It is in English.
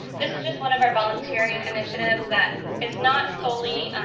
this is just one of our volunteering initiatives that is not solely